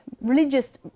religious